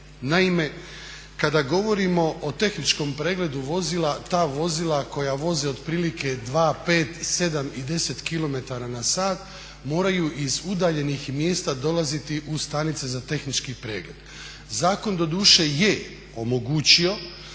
Naime, kada govorimo o tehničkom pregledu vozila ta vozila koja voze otprilike 2, 5, 7 i 10 km/h moraju iz udaljenih mjesta dolaziti u stanice za tehnički pregled. Zakon doduše je omogućio